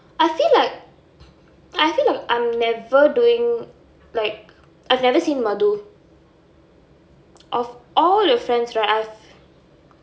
I feel like I feel like I'm never doing like I've never seen madhu of all your friends right I've